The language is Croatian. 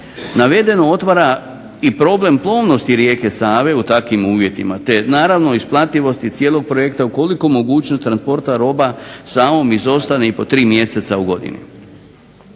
Navedeno otvara i problem plovnosti rijeke Save u takvim uvjetima, te naravno isplativosti cijelog projekta ukoliko mogućnost transporta roba Savom izostane i po 3 mjeseca u godini.